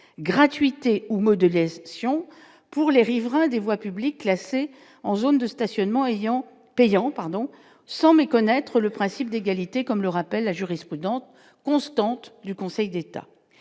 gratuité ou modelé Sion pour les riverains des voies publiques, classé en zone de stationnement ayant payant pardon sans méconnaître le principe d'égalité, comme le rappelle la jurisprudence constante du Conseil d'État